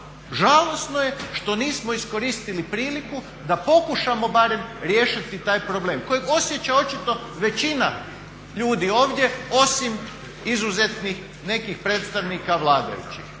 žalosno je što nismo iskoristili priliku da pokušamo barem riješiti taj problem kojeg osjeća očito većina ljudi ovdje osim izuzetnih nekih predstavnika vladajućih.